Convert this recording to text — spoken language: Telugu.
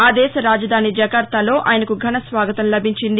ఆ దేశ రాజధాని జకార్తాలో ఆయనకు ఘనస్వాగతం లభించింది